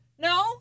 No